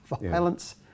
violence